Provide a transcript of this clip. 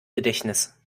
gedächtnis